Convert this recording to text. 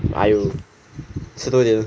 !aiyo! 吃多点 loh